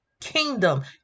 kingdom